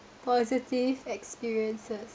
positive experiences